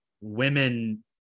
women